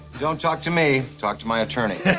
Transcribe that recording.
don't talk to me, talk to my attorney.